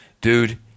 Dude